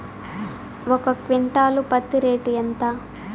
ఒక క్వింటాలు పత్తి రేటు ఎంత?